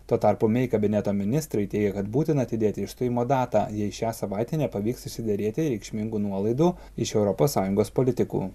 tuo tarpu mei kabineto ministrai teigia kad būtina atidėti išstojimo datą jei šią savaitę nepavyks išsiderėti reikšmingų nuolaidų iš europos sąjungos politikų